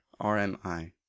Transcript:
RMI